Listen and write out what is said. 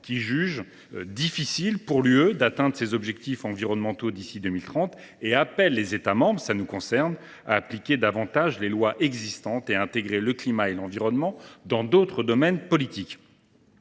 qu’il sera difficile pour l’Union européenne d’atteindre ses objectifs environnementaux d’ici à 2030 et appelle les États membres à appliquer davantage les lois existantes et à intégrer le climat et l’environnement dans d’autres domaines politiques.